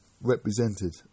represented